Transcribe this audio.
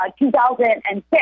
2006